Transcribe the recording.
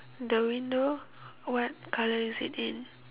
the window what colour is it in